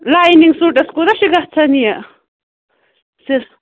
lining suits کوٗتاہ چھُ گژھان یہِ